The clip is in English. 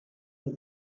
the